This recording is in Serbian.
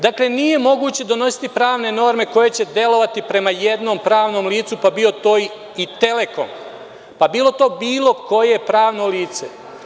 Dakle nije moguće donositi pravne norme koje će delovati prema jednom pravnom licu, pa bio to i „Telekom“, pa bilo to bilo koje pravno lice.